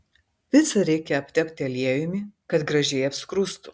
picą reikia aptepti aliejumi kad gražiai apskrustų